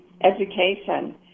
education